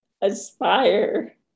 aspire